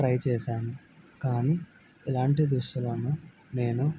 try చేశాను కానీ ఇలాంటి దుస్తులను నేను